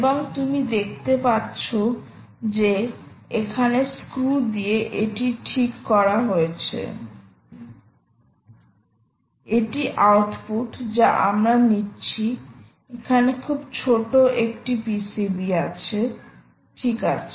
এবং তুমি দেখতে পাচ্ছি যে এখানে স্ক্রু দিয়ে এটি ঠিক করা হয়েছে এটি আউটপুট যা আমরা নিচ্ছি এখানে খুব ছোট একটি পিসিবি আছে ঠিক আছে